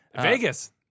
Vegas